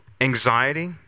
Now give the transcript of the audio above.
anxiety